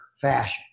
fashion